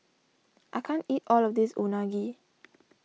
I can't eat all of this Unagi